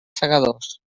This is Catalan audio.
segadors